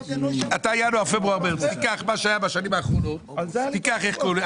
ובטח בשנים האחרונות --- לא אמרתי דומה לשנה שעברה,